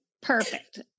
Perfect